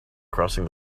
crossing